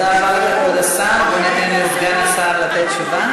תודה רבה לכבוד השר, וסגן השר ייתן תשובה.